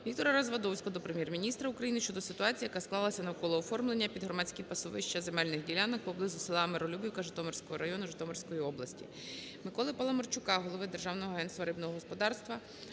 Віктора Развадовського до Прем'єр-міністра України щодо ситуації, яка склалася навколо оформлення під громадські пасовища земельних ділянок поблизу села Миролюбівка Житомирського району Житомирської області. Миколи Паламарчука до голови Державного агентства рибного господарства